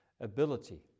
ability